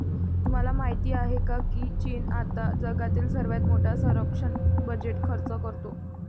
तुम्हाला माहिती आहे का की चीन आता जगातील सर्वात मोठा संरक्षण बजेट खर्च करतो?